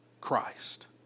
Christ